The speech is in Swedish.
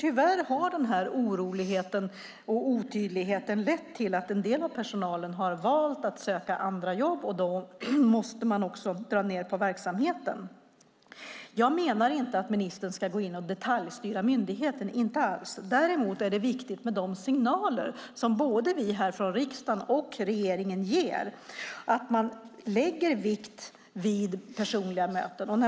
Tyvärr har oron och otydligheten lett till att en del av personalen valt att söka andra jobb. Då måste man dra ned på verksamheten. Jag menar inte att ministern ska gå in och detaljstyra myndigheten - inte alls! Däremot är det viktigt med de signaler som både vi här i riksdagen och regeringen ger när det gäller att lägga vikt vid personliga möten.